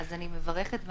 אני מברכת.